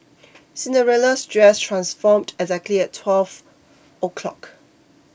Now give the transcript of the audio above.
Cinderella's dress transformed exactly at twelve o'clock